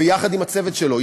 ויחד עם הצוות שלו,